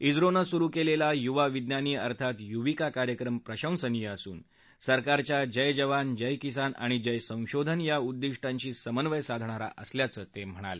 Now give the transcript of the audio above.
इस्रोनं सुरु क्लिली युवा विज्ञानी अर्थात युविका कार्यक्रम प्रशंसनीय असून सरकारच्या जय जवान जय किसान आणि जय संशोधन या उद्दिष्टांशी समन्वय साधणारा असल्याचं त्यांनी सांगितलं